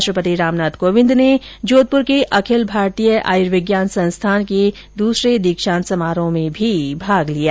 राष्ट्रपति रामनाथ कोविंद ने जोधपुर के अखिल भारतीय आयुर्विज्ञान संस्थान के दूसरे दीक्षांत समारोह में भी भाग लिया